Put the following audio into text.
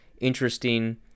interesting